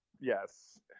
Yes